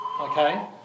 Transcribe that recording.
okay